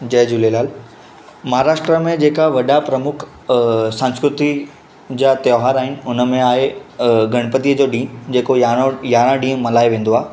जय झूलेलाल महाराष्ट्रा में जेका वॾा प्रमुख संस्कृति जा तियोहार आहिनि उन में आहे गणपतीअ जो ॾींहुं जेको यारो यारहां ॾींहुं मल्हायो वेंदो आहे